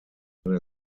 seine